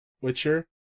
Witcher